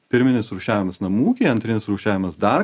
pirminis rūšiavimas namų ūkiai antrinis rūšiavimas dar